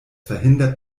verhindert